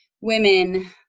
women